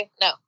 no